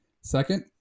Second